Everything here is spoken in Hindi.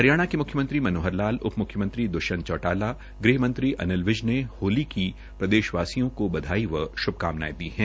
हरियाणा के म्ख्यमंत्री मनोहर लाल उप म्ख्यमंत्री द्वष्यंत चौटाला गृहमंत्री अनिल विज ने होली की प्रदेशवासियों को बधाई व श्भकामनायें दी है